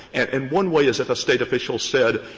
and and one way is if a state official said,